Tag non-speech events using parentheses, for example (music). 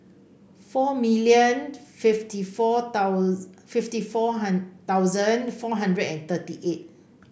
four million fifty four (unintelligible) fifty four (unintelligible) thousand four hundred and thirty eight